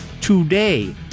today